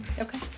Okay